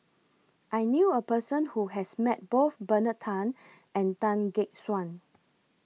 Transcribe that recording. I knew A Person Who has Met Both Bernard Tan and Tan Gek Suan